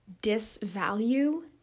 disvalue